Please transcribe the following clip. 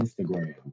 Instagram